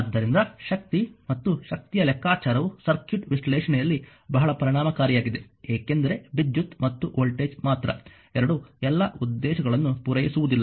ಆದ್ದರಿಂದ ಶಕ್ತಿ ಮತ್ತು ಶಕ್ತಿಯ ಲೆಕ್ಕಾಚಾರವು ಸರ್ಕ್ಯೂಟ್ ವಿಶ್ಲೇಷಣೆಯಲ್ಲಿ ಬಹಳ ಪರಿಣಾಮಕಾರಿಯಾಗಿದೆ ಏಕೆಂದರೆ ವಿದ್ಯುತ್ ಮತ್ತು ವೋಲ್ಟೇಜ್ ಮಾತ್ರ ಎರಡೂ ಎಲ್ಲಾ ಉದ್ದೇಶಗಳನ್ನು ಪೂರೈಸುವುದಿಲ್ಲ